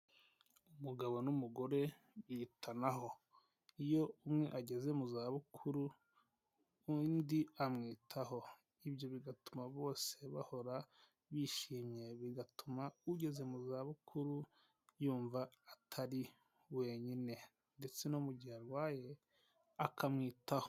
Umugabo n'umugore bitanaho, iyo umwe ageze mu zabukuru undi amwitaho, ibyo bigatuma bose bahora bishimye, bigatuma ugeze mu zabukuru yumva atari wenyine ndetse no mu gihe arwaye akamwitaho.